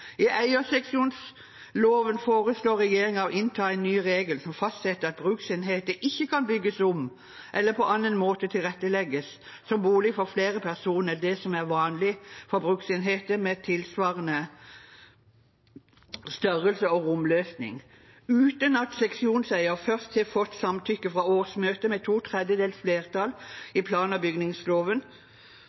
I eierseksjonsloven foreslår regjeringen å innta en ny regel som fastsetter at bruksenheter ikke kan bygges om eller på annen måte tilrettelegges som bolig for flere personer enn det som er vanlig for bruksenheter med tilsvarende størrelse og romløsning, uten at seksjonseier først har fått samtykke fra årsmøtet med to tredjedels flertall. I plan- og bygningsloven